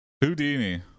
Houdini